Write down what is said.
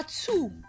two